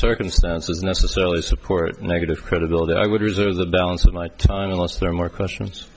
circumstances necessarily support a negative credibility i would reserve the balance of my time loss there are more questions